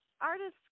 artists